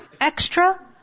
extra